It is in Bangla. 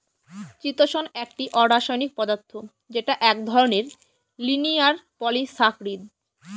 চিতোষণ একটি অরাষায়নিক পদার্থ যেটা এক ধরনের লিনিয়ার পলিসাকরীদ